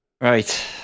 Right